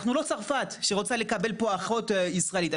אנחנו לא צרפת שרוצה לקבל פה אחות ישראלית,